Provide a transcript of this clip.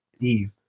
Eve